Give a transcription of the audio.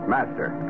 Master